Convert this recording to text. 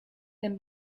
them